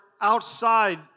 outside